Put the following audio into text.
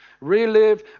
relive